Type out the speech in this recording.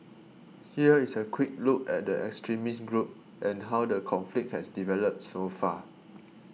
here is a quick look at the extremist group and how the conflict has developed so far